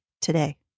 today